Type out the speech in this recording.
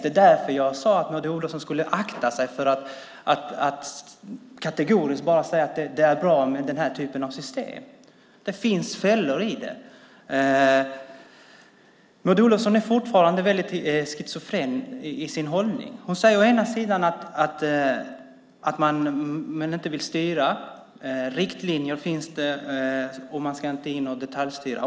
Det är därför jag sade att Maud Olofsson borde akta sig för att kategoriskt bara säga att det är bra med den här typen av system. Det finns fällor i dem. Maud Olofsson är fortfarande väldigt schizofren i sin hållning. Hon säger å ena sidan att man inte vill styra, att det finns riktlinjer och att man inte ska gå in och detaljstyra.